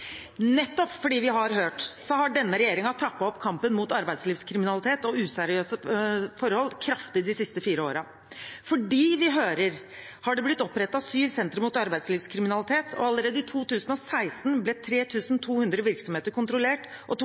Nettopp fordi vi har hørt, har denne regjeringen trappet opp kampen mot arbeidslivskriminalitet og useriøse forhold kraftig de siste fire årene. Fordi vi hører, er det blitt opprettet syv sentre mot arbeidslivskriminalitet, og allerede i 2016 ble 3 200 virksomheter kontrollert og